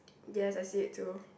yes I see it too